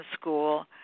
school